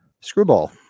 screwball